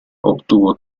obtuvo